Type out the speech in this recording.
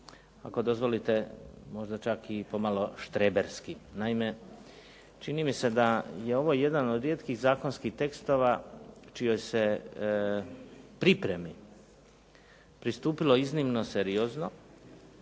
Ako dozvolite, možda čak i pomalo štreberski. Naime, čini mi se da je ovo jedan od rijetkih zakonskih tekstova čijoj se pripremi pristupilo iznimno seriozno